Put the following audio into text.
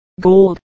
Gold